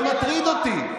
זה מטריד אותי.